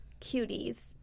cuties